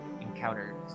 encountered